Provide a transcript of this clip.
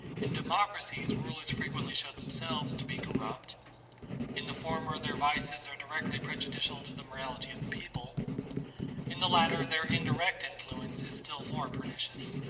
in democracies rulers frequently show themselves to be corrupt in the former their vices are directly prejudicial to the morality of the people in the latter their indirect influence is still more pernicious.